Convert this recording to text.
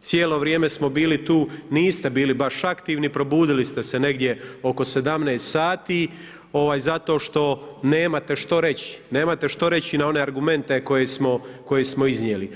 cijelo vrijeme smo bili tu, niste bili baš aktivni, probudili ste se negdje oko 17 sati, zato što nemate što reći, nemate što reći na one argumente koje smo iznijeli.